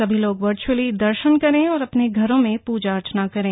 सभी लोग वर्घुअली दर्शन करें और अपने घरों में प्रजा अर्चना करें